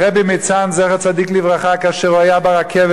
הרבי מצאנז, זכר צדיק לברכה, כאשר הוא היה ברכבת,